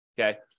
okay